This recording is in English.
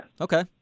Okay